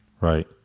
right